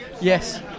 Yes